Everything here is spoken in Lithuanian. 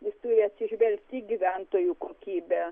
jis turi atsižvelgti į gyventojų kokybę